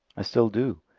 i still do.